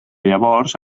llavors